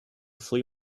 flea